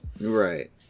Right